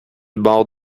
bord